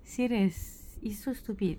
serious it's so stupid